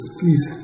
please